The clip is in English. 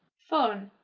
fun?